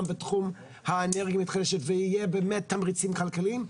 בתחום האנרגיה המתחדשת ויהיה באמת תמריצים כלכליים,